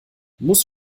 musst